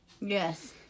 Yes